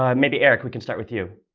um maybe, eric, we could start with you.